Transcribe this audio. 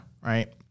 right